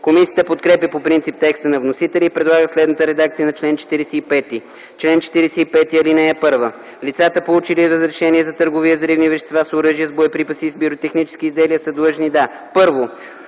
Комисията подкрепя по принцип текста на вносителя и предлага следната редакция на чл. 45: „Чл. 45. (1) Лицата, получили разрешение за търговия с взривни вещества, с оръжия, с боеприпаси и с пиротехнически изделия, са длъжни да: